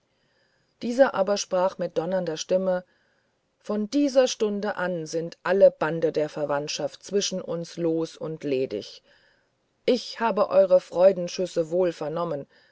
dieser aber sprach mit donnernder stimme von dieser stunde an sind alle bande der verwandtschaft zwischen uns los und ledig ich habe eure freudenschüsse wohl vernommen